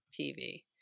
PV